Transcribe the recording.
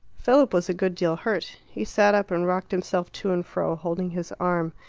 philip was a good deal hurt. he sat up and rocked himself to and fro, holding his arm.